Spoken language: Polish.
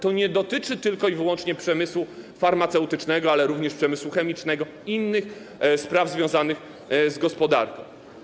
To nie dotyczy tylko i wyłącznie przemysłu farmaceutycznego, ale również przemysłu chemicznego i innych spraw związanych z gospodarką.